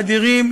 אדירים,